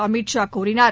அமித்ஷா கூறினார்